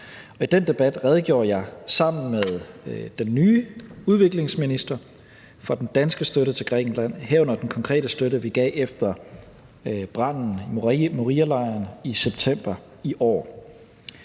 I den debat redegjorde jeg sammen med den nye udviklingsminister for den danske støtte til Grækenland, herunder den konkrete støtte, vi gav efter branden i Morialejren i september i år.